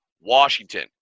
Washington